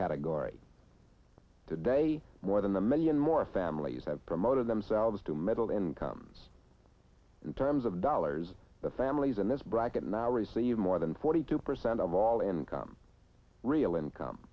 category today more than a million more families have promoted themselves to middle incomes in terms of dollars the families in this bracket now receive more than forty two percent of all income real income